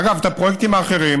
אגב, את הפרויקטים האחרים